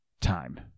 time